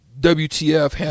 WTF